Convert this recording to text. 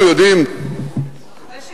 אנחנו יודעים אחרי שגינו,